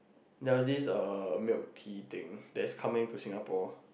there were this uh milk tea thing that is coming to Singapore